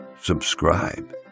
Subscribe